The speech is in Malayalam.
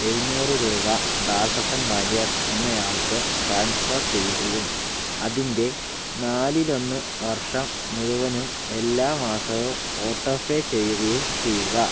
എഴുന്നൂറ് രൂപ ദാസപ്പൻ വാര്യർ എന്നയാൾക്ക് ട്രാൻസ്ഫർ ചെയ്യുകയും അതിൻ്റെ നാലിലൊന്ന് വർഷം മുഴുവനും എല്ലാ മാസവും ഓട്ടോ പേ ചെയ്യുകയും ചെയ്യുക